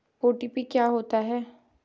OTP क्या होता है?